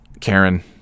Karen